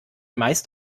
meist